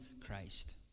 Christ